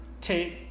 take